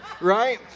right